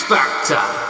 Factor